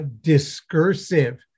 discursive